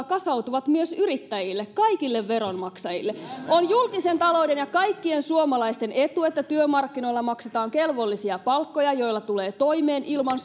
kasautuvat myös yrittäjille kaikille veronmaksajille on julkisen talouden ja kaikkien suomalaisten etu että työmarkkinoilla maksetaan kelvollisia palkkoja joilla tulee toimeen ilman